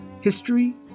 History